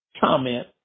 comment